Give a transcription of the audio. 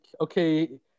okay